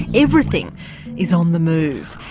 everything is on the move.